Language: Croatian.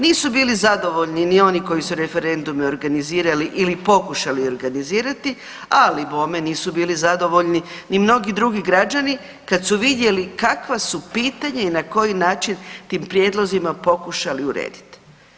Nisu bili zadovoljni ni oni koji su referendume organizirali ili pokušali organizirati, ali bome nisu bili zadovoljni ni mnogi drugi građani kad su vidjeli kakva su pitanja i na koji način tim prijedlozima pokušali urediti.